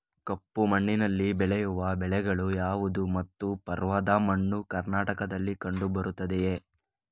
ಕಪ್ಪು ಮಣ್ಣಿನಲ್ಲಿ ಬೆಳೆಯುವ ಬೆಳೆಗಳು ಯಾವುದು ಮತ್ತು ಪರ್ವತ ಮಣ್ಣು ಕರ್ನಾಟಕದಲ್ಲಿ ಕಂಡುಬರುತ್ತದೆಯೇ?